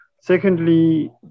Secondly